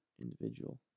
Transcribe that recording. individual